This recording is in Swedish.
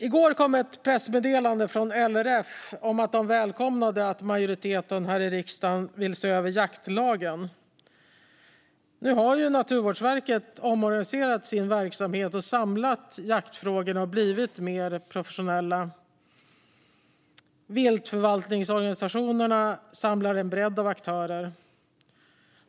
I går kom ett pressmeddelande från LRF om att de välkomnade att majoriteten här i riksdagen vill se över jaktlagen. Nu har Naturvårdsverket omorganiserat sin verksamhet, samlat jaktfrågorna och blivit mer professionella. Viltförvaltningsorganisationerna samlar en bredd av aktörer.